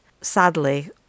Sadly